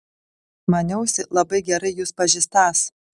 maniausi labai gerai jus pažįstąs